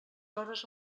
hores